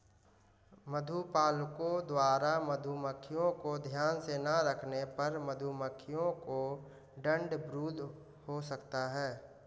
मधुपालकों द्वारा मधुमक्खियों को ध्यान से ना रखने पर मधुमक्खियों को ठंड ब्रूड हो सकता है